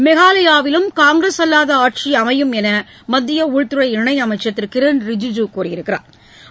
மேகாலயாவிலும் காங்கிரஸ் அல்லாத ஆட்சியை அமையும் என்று மத்திய உள்துறை இணையமைச்சர் திரு கிரண் ரிஜ்ஜிஜூ கூறியுள்ளார்